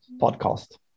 podcast